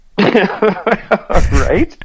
Right